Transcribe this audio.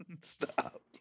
Stop